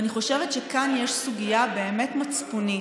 ואני חושבת שכאן יש סוגיה באמת מצפונית,